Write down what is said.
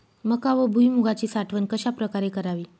मका व भुईमूगाची साठवण कशाप्रकारे करावी?